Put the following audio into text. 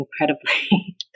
incredibly